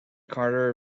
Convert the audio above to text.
carter